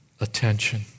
attention